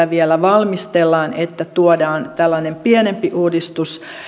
vielä valmistellaan tuodaan tällainen pienempi uudistus